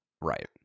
Right